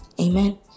Amen